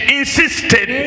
insisted